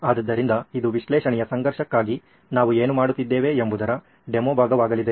ಆದ್ದರಿಂದ ಇದು ವಿಶ್ಲೇಷಣೆಯ ಸಂಘರ್ಷಕ್ಕಾಗಿ ನಾವು ಏನು ಮಾಡುತ್ತಿದ್ದೇವೆ ಎಂಬುದರ ಡೆಮೊ ಭಾಗವಾಗಲಿದೆ